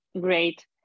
Great